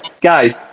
guys